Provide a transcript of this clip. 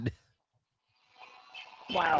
Wow